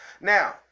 Now